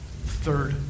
third